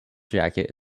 jacket